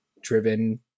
driven